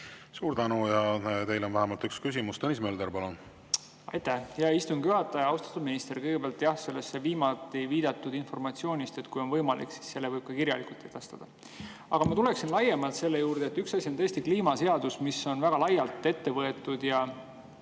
Suur tänu! Teile on vähemalt üks küsimus. Tõnis Mölder, palun! Aitäh, hea istungi juhataja! Austatud minister! Kõigepealt jah, [mis puutub] sellesse viimati viidatud informatsiooni, siis kui on võimalik, võib selle ka kirjalikult edastada. Aga ma tuleksin laiemalt selle juurde. Üks asi on tõesti kliimaseadus, mis on väga laialt ette võetud ja